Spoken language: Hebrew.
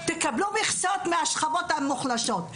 תקבלו מכסות מהשכבות המוחלשות.